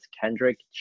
Kendrick